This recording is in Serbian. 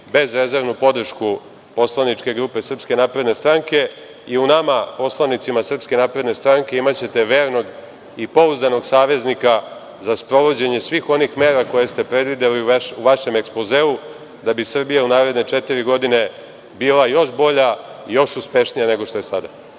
bezrezervnu podršku poslaničke grupe SNS i u nama, poslanicima SNS, imaćete vernog i pouzdanog saveznika za sprovođenje svih onih mera koje ste predvideli u vašem ekspozeu, da bi Srbija u naredne četiri godine bila još bolja, još uspešnija nego što je sada.